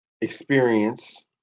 experience